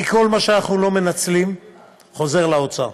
כי כל מה שאנחנו לא מנצלים חוזר לאוצר.